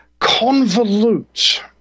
convolute